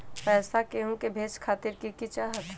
पैसा के हु के भेजे खातीर की की चाहत?